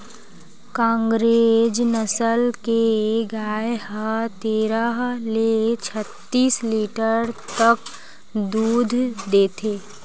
कांकरेज नसल के गाय ह तेरह ले छत्तीस लीटर तक दूद देथे